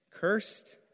cursed